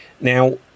Now